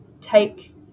take